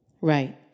Right